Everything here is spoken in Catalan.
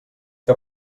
que